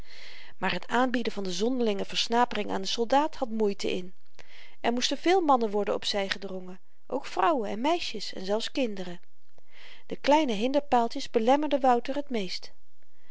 maar t aanbieden van de zonderlinge versnapering aan den soldaat had moeite in er moesten veel mannen worden op zy gedrongen ook vrouwen en meisjes en zelfs kinderen de kleine hinderpaaltjes belemmerden wouter t meest